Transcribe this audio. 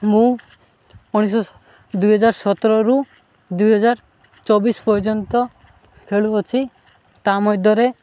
ମୁଁ ଉଣେଇଶି ଶହ ଦୁଇହଜାର ସତରରୁ ଦୁଇହଜାର ଚବିଶି ପର୍ଯ୍ୟନ୍ତ ଖେଳୁଅଛି ତା ମଧ୍ୟରେ